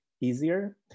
easier